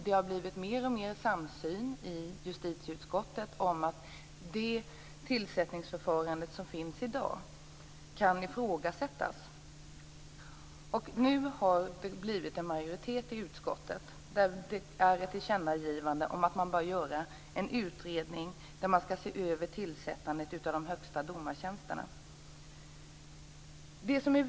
Det har blivit allt större samsyn i justitieutskottet om att det tillsättningsförfarande som finns i dag kan ifrågasättas. Nu har det blivit en majoritet i utskottet för ett tillkännagivande om att man bör göra en utredning och se över tillsättandet av de högsta domartjänsterna.